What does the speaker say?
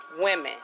women